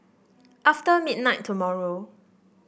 after midnight tomorrow